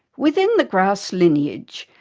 within the grass lineage,